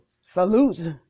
salute